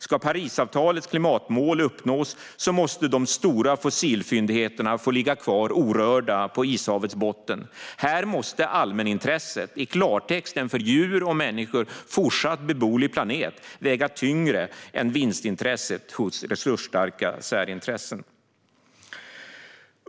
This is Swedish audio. Ska Parisavtalets klimatmål uppnås måste de stora fossilfyndigheterna få ligga kvar orörda på Ishavets botten. Här måste allmänintresset - i klartext en för djur och människor fortsatt beboelig planet - fortsatt väga tyngre än vinstintresset hos resursstarka särintressen.